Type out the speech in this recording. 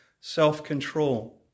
self-control